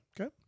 okay